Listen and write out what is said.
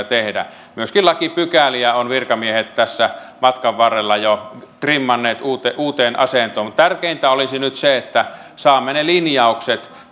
tehdä myöskin lakipykäliä ovat virkamiehet tässä matkan varrella jo trimmanneet uuteen uuteen asentoon mutta tärkeintä olisi nyt se että saamme ne linjaukset